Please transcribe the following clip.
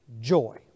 joy